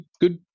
good